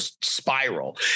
spiral